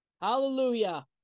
Hallelujah